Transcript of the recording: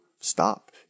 stop